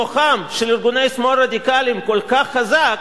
כוחם של ארגוני שמאל רדיקליים כל כך חזק,